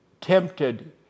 tempted